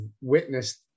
witnessed